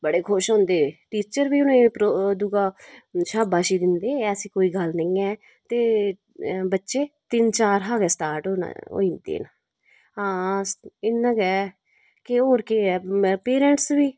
बड़े खुश होंदे टीचर बी उ'नें गी दुआ शबाशी दिंदे ऐसी कोई गल्ल निं ऐ ते बच्चे तिन्न चार दे गै स्टार्ट होई जंदे न हां इन्ना गै केह् होर केह् ऐ पेरैंट बी